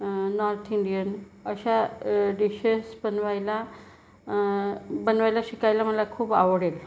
north Indian अशा dishes बनवायला बनवायला शिकायला मला खूप आवडेल